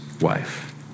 wife